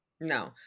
No